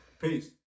Peace